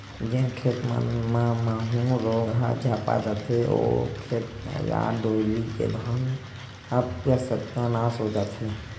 जेन खेत मन म माहूँ रोग ह झपा जथे, ओ खेत या डोली के धान ह पूरा सत्यानास हो जथे